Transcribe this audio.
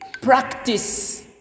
practice